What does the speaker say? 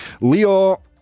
Leo